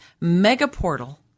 mega-portal